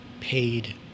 paid